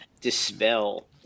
dispel